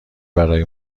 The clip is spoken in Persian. برای